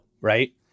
right